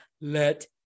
let